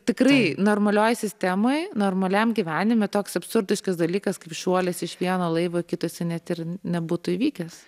tikrai normalioje sistemoje normaliam gyvenime toks absurdiškas dalykas kaip šuolis iš vieno laivo į kitus net ir nebūtų įvykęs